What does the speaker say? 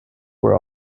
were